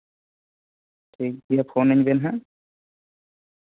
ᱴᱷᱤᱠ ᱜᱮᱭᱟ ᱯᱷᱳᱱ ᱤᱧ ᱵᱮᱱ ᱦᱟᱜ